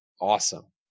awesome